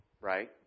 right